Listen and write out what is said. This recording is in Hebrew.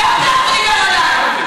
ועוד איך הוא דיבר עלי.